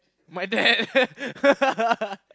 my dad